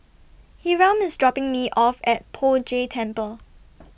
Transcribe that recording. Hiram IS dropping Me off At Poh Jay Temple